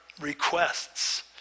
requests